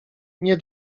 nie